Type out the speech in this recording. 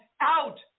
out